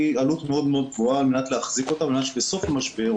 מאוד יקרה על מנת שאפשר בסוף המשבר,